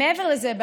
מעבר לזה,